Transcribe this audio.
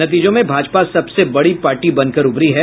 नतीजों में भाजपा सबसे बड़ी पार्टी बनकर उभरी है